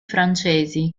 francesi